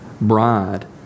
bride